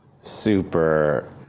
super